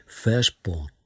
firstborn